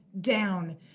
down